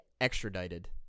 extradited